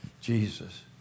Jesus